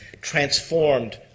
transformed